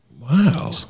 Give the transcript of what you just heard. Wow